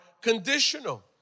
conditional